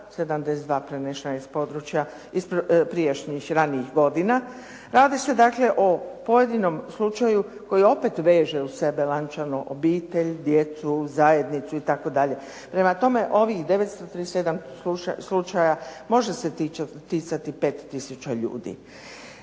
72 prenesena iz područja prijašnjih ranijih godina. Radi se dakle o pojedinom slučaju koji opet veže uz sebe lančano obitelj, djecu, zajednicu itd. Prema tome, ovih 937 slučajeva može se ticati 5 tisuća ljudi.